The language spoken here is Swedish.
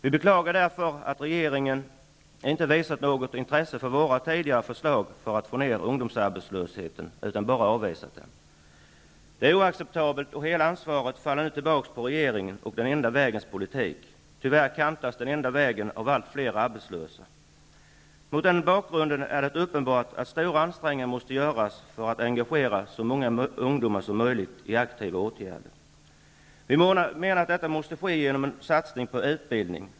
Vi beklagar därför att regeringen inte har visat något intresse för våra tidigare förslag för att få ner ungdomsarbetslösheten utan bara avvisat dem. Det är oacceptabelt, och hela ansvaret faller nu tillbaka på regeringen och den enda vägens politik. Tyvärr kantas den enda vägen av allt fler arbetslösa. Mot den bakgrunden är det uppenbart att stora ansträngningar måste göras för att engagera så många ungdomar som möjligt i aktiva åtgärder. Vi menar att detta måste ske genom en satsning på utbildning.